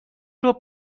ربع